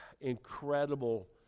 incredible